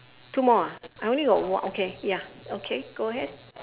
two more ah I only got one okay ya okay go ahead